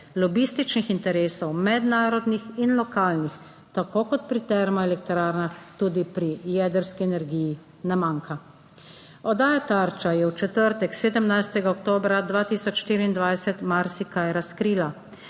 Lobističnih interesov, mednarodnih in lokalnih, tako kot pri termoelektrarnah tudi pri jedrski energiji ne manjka. Oddaja Tarča je v četrtek, 17. oktobra 2024, marsikaj razkrila.